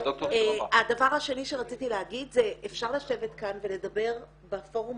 הדבר השני שרציתי להגיד זה שאפשר לשבת כאן ולדבר בפורום